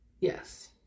Yes